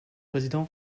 président